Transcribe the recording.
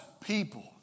people